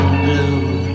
blue